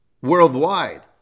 worldwide